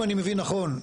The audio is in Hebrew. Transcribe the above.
אם אני מבין נכון,